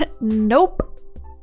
Nope